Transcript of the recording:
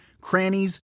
crannies